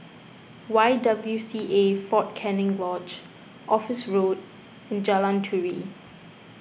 Y W C A fort Canning Lodge Office Road and Jalan Turi